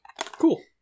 Cool